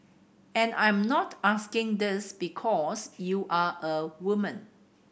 and I'm not asking this because you're a woman